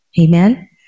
amen